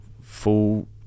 full